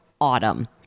autumn